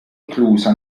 inclusa